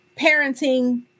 parenting